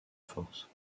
force